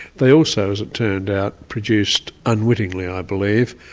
they also, turned out, produced, unwittingly i believe,